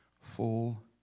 full